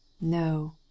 No